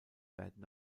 werden